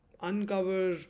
uncover